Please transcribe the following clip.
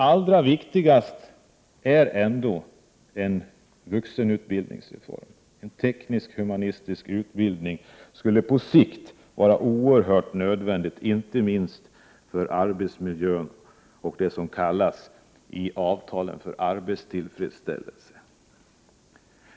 Allra viktigast är kanske ändå en vuxenutbildningsreform. En teknisk-humanistisk utbildning är på sikt oerhört nödvändig, inte minst för arbetsmiljön och det som i avtalen kallas för arbetstillfredsställelse.